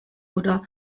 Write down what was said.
oder